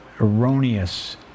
erroneous